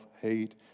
hate